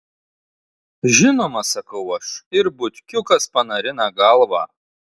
žinoma sakau aš ir butkiukas panarina galvą